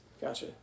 Gotcha